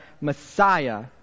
Messiah